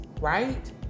right